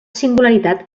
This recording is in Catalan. singularitat